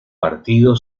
partido